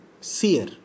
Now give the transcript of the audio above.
seer